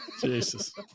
Jesus